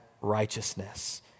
righteousness